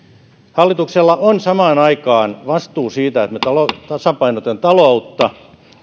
hallituksella on samaan aikaan vastuu siitä että me tasapainotamme taloutta